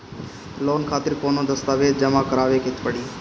Loan खातिर कौनो दस्तावेज जमा करावे के पड़ी?